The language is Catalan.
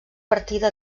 partida